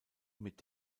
mit